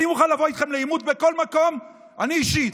אני מוכן לבוא איתכם לעימות בכל מקום, אני אישית.